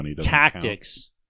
tactics